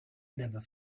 never